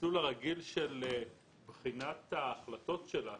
המסלול הרגיל של בחינת ההחלטות שלה,